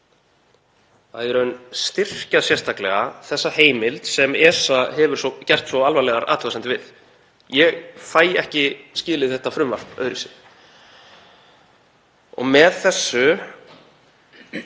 heimildina, styrkja sérstaklega þessa heimild sem ESA hefur gert svo alvarlegar athugasemdir við. Ég fæ ekki skilið þetta frumvarp öðruvísi. Með þessu